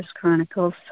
Chronicles